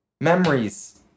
Memories